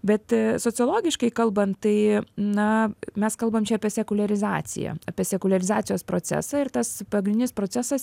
bet sociologiškai kalbant tai na mes kalbam čia apie sekuliarizaciją apie sekuliarizacijos procesą ir tas pagrindinis procesas